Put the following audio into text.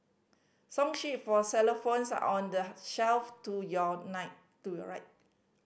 song sheet for xylophones are on the shelf to your night to your right